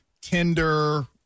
Tinder